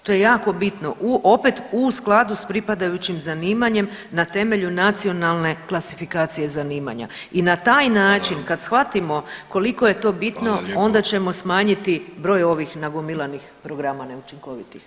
To je jako bitno, opet u skladu sa pripadajućim zanimanjem na temelju nacionalne klasifikacije zanimanja i na taj način kad shvatimo koliko je to bitno onda ćemo smanjiti broj ovih nagomilanih programa neučinkovitih.